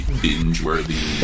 binge-worthy